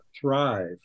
thrive